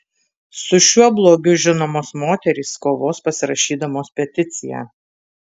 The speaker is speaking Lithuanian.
su šiuo blogiu žinomos moterys kovos pasirašydamos peticiją